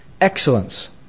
excellence